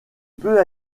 peut